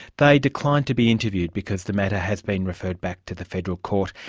they declined to be interviewed because the matter has been referred back to the federal court.